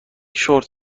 شورت